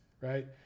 right